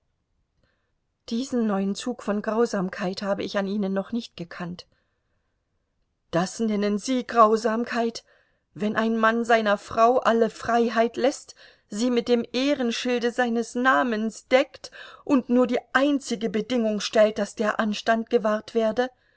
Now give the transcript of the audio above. diesen neuen zug von grausamkeit habe ich an ihnen noch nicht gekannt das nennen sie grausamkeit wenn ein mann seiner frau alle freiheit läßt sie mit dem ehrenschilde seines namens deckt und nur die einzige bedingung stellt daß der anstand gewahrt werde